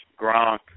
Gronk